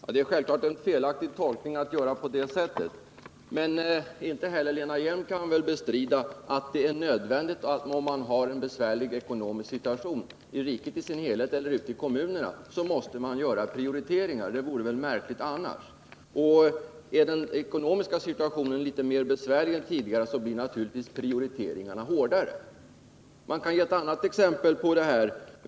Fru talman! Självfallet är Lena Hjelm-Walléns tolkning felaktig. Inte heller Lena Hjelm-Wallén kan väl bestrida att det, om man har en besvärlig ekonomisk situation — i riket i dess helhet eller ute i kommunerna — är nödvändigt att göra prioriteringar. Det vore väl märkligt annars. Är den ekonomiska situationen litet besvärligare än tidigare, blir naturligtvis prioriteringarna hårdare. Man kan ge ett annat exempel på detta.